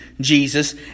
Jesus